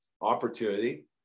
opportunity